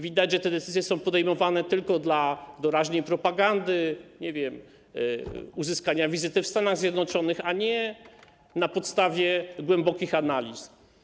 Widać, że te decyzje są podejmowane tylko dla doraźnej propagandy, nie wiem, uzyskania wizyty w Stanach Zjednoczonych, a nie na podstawie głębokich analiz.